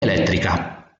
elettrica